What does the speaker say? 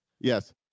Yes